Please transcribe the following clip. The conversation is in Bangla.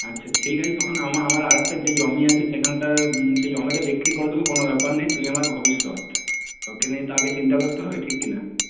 আচ্ছা ঠিক আছে তখন আমা আমার আর একটা যে জমি আছে সেখানটা সেই জমিটা বিক্রি করে দেবো কোন ব্যাপার নেই তুই আমার ভবিষ্যৎ তোকে নিয়ে তো আগে চিন্তা করতে হবে ঠিক কিনা